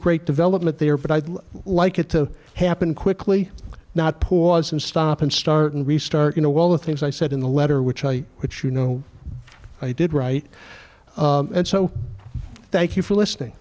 great development there but i'd like it to happen quickly not poor some stop and start and restart you know all the things i said in the letter which i which you know i did right and so thank you for listening